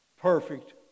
perfect